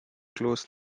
closed